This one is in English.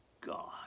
God